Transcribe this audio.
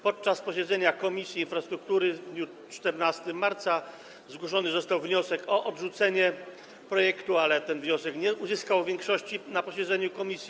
Podczas posiedzenia Komisji Infrastruktury w dniu 14 marca zgłoszony został wniosek o odrzucenie projektu, ale ten wniosek nie uzyskał większości na posiedzeniu komisji.